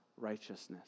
righteousness